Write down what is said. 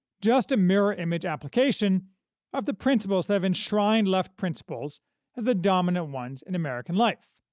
just a mirror-image application of the principles that have enshrined left principles as the dominant ones in american life.